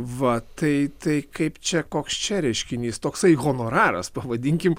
va tai tai kaip čia koks čia reiškinys toksai honoraras pavadinkim